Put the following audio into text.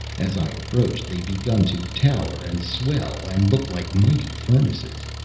as i approached, they begun to tower and swell and look like mighty furnaces.